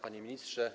Panie Ministrze!